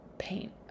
paint